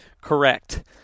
correct